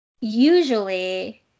usually